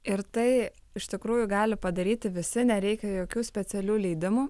ir tai iš tikrųjų gali padaryti visi nereikia jokių specialių leidimų